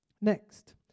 Next